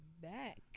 back